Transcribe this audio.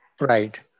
Right